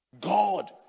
God